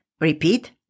Repeat